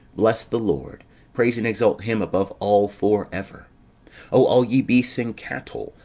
bless the lord praise and exalt him above all for ever o all ye beasts and cattle,